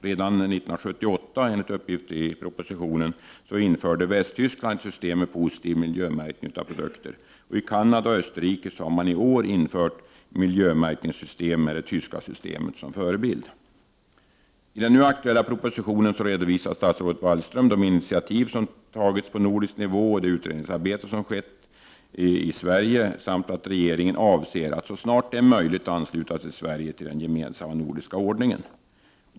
Redan 1978, enligt uppgifter i propositionen, införde Västtyskland ett system med positiv miljömärkning av produkter. I Canada och Österrike har i år införts miljömärkningssystem med det tyska systemet som förebild. I den nu aktuella propositionen redovisar statsrådet Margot Wallström de initiativ som tagits på nordisk nivå och det utredningsarbete som skett i Sverige samt att regeringen avser att så snart det är möjligt ansluta Sverige till den gemensamma nordiska ordningen.